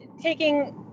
taking